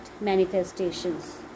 manifestations